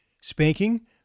Spanking